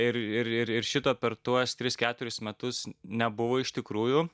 ir ir ir ir šito per tuos tris keturis metus nebuvo iš tikrųjų